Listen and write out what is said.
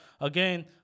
again